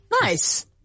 Nice